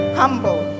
humble